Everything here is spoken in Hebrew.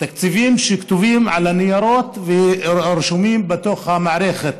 תקציבים שכתובים על הניירות ורשומים בתוך המערכת,